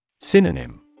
Synonym